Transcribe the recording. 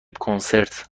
کنسرت